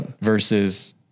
Versus